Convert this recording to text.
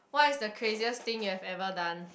what is the craziest thing you've ever done